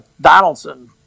Donaldson